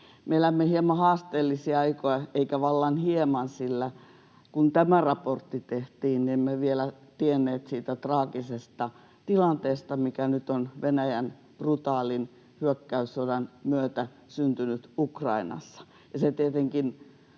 Me elämme hieman haasteellisia aikoja, eikä vallan hieman, sillä kun tämä raportti tehtiin, niin emme vielä tienneet siitä traagisesta tilanteesta, mikä nyt on Venäjän brutaalin hyökkäyssodan myötä syntynyt Ukrainassa.